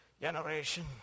generation